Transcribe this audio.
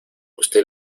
usted